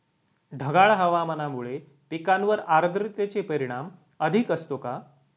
ढगाळ हवामानामुळे पिकांवर आर्द्रतेचे परिणाम अधिक असतो का?